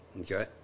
Okay